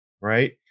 right